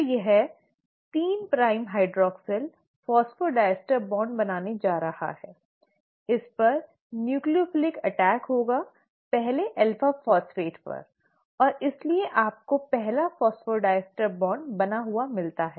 तो यह 3 prime hydroxyl phosphodiester bond बनाने जा रहा है इस पर न्यूक्लियोफ़िलिक अटैक होगा पहले अल्फा फ़ॉस्फ़ेट पर और इसलिए आपको पहला फ़ॉस्फ़ोडिएस्टर बॉन्ड बना हुआ मिलता है